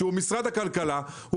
משרד הכלכלה,